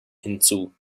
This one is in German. hinzu